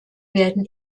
werden